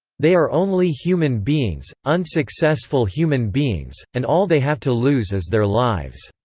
they are only human beings unsuccessful human beings, and all they have to lose is their lives.